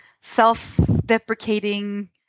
self-deprecating